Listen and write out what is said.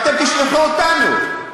אתם תשלחו אותנו.